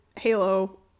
Halo